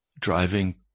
driving